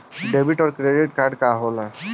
Debit और credit card का होला?